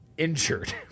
Injured